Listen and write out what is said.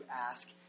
ask